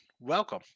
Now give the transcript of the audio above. Welcome